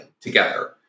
together